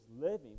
living